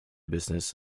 business